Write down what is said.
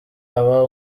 aba